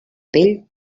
pell